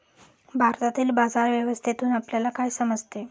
भारतातील बाजार व्यवस्थेतून आपल्याला काय समजते?